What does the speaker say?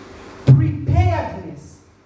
Preparedness